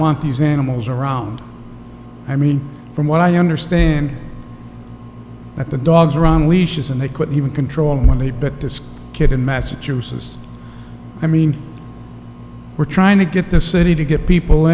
want these animals around i mean from what i understand that the dogs are on leashes and they couldn't even control me but this kid in massachusetts i mean we're trying to get the city to get people